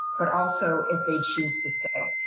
but also if they choose to stay.